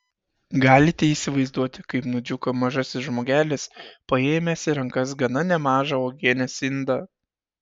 galite įsivaizduoti kaip nudžiugo mažasis žmogelis paėmęs į rankas gana nemažą uogienės indą